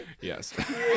Yes